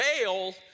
bail